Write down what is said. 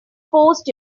post